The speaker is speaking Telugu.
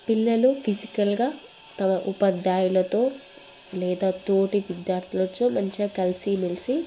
పిల్లలు ఫిజికల్గా తమ ఉపాధ్యాయులతో లేదా తోటి విద్యార్థులతో మంచిగా కలిసి మెలిసి